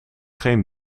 geen